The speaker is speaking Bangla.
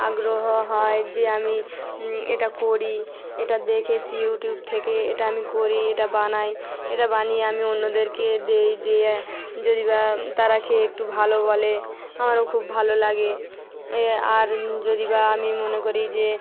আগ্রহ হয় যে আমি এটা করি এটা দেখেছি ইউটিউব থেকে এটা আমি করি এটা বানাই এটা বানিয়ে আমি অন্যদেরকে দিই দিয়ে যদি বা তারা খেয়ে একটু ভালো বলে আমারও খুব ভালো লাগে এ আর যদি বা আমি মনে করি যে